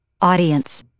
Audience